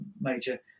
major